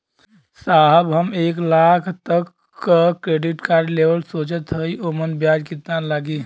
साहब हम एक लाख तक क क्रेडिट कार्ड लेवल सोचत हई ओमन ब्याज कितना लागि?